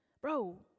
bro